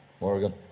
Morgan